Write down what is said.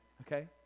Okay